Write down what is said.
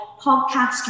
podcast